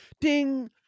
Ding